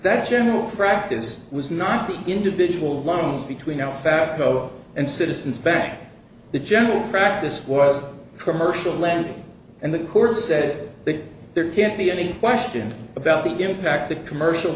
that general practice was not the individual loans between now go and citizens bank the general practice was commercial lending and the court said that there can't be any question about the impact that commercial